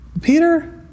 Peter